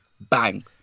bang